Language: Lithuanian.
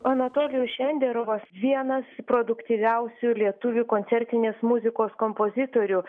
anatolijus šenderovas vienas produktyviausių lietuvių koncertinės muzikos kompozitorių